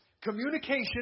communication